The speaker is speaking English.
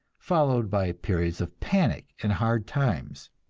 followed by periods of panic and hard times.